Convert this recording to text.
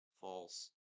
false